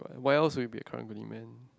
why else would you be a karang-guni man